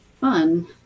fun